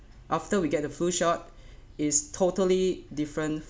after we get a flu shot is totally different